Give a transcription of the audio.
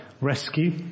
rescue